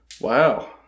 Wow